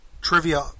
trivia